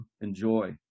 enjoy